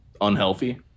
unhealthy